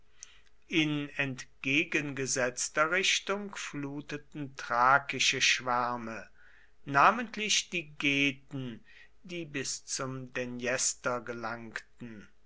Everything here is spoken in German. in entgegengesetzter richtung fluteten thrakische schwärme namentlich die geten die bis zum dnjestr gelangten